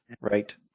right